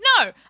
no